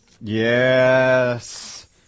Yes